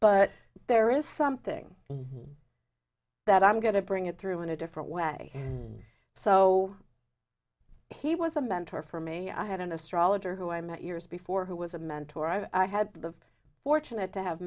but there is something that i'm going to bring it through in a different way so he was a mentor for me i had an astrologer who i met years before who was a mentor i've had the fortunate to have